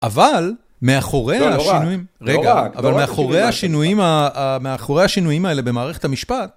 אבל מאחורי השינויים, רגע, אבל מאחורי השינויים האלה במערכת המשפט...